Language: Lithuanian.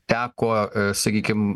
teko sakykim